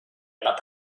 about